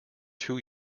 two